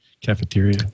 Cafeteria